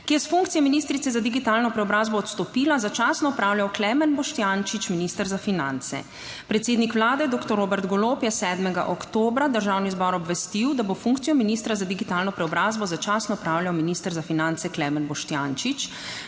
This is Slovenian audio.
ki je s funkcije ministrice za digitalno preobrazbo odstopila, začasno opravljal Klemen Boštjančič, minister za finance. Predsednik vlade doktor Robert Golob je 7. oktobra Državni zbor obvestil, da bo funkcijo ministra za digitalno preobrazbo začasno opravljal minister za finance Klemen Boštjančič.